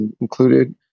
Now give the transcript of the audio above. included